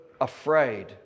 afraid